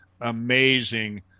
amazing